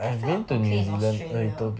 I felt okay in Australia